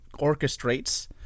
orchestrates